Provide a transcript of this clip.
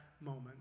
moment